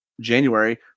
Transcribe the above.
January